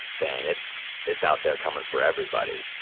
then it's, it's out there coming for everybody.